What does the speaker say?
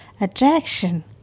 attraction